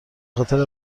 خاطر